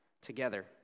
together